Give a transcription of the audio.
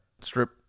strip